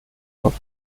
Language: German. auf